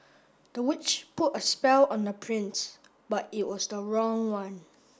the witch put a spell on the prince but it was the wrong one